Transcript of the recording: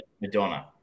Madonna